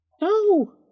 No